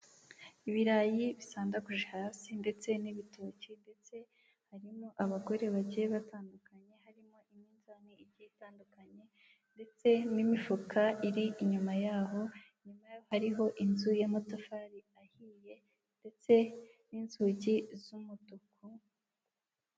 Ibirayi bisandaguje hasi ndetse n'ibitoki ndetse harimo abagore bagiye batandukanye harimo iminzani igiye itandukanye ndetse n'imifuka iri inyuma yaho inyuma hariho inzu y'amatafari ahiye ndetse n'inzugi z'umutuku.